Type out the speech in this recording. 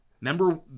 Remember